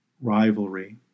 rivalry